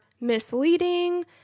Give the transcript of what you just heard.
misleading